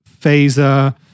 Phaser